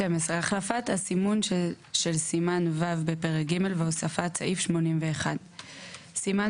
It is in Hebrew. החלפת הסימון של סימן ו' בפרק ג' והוספת סעיף 81 12. סימן